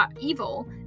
evil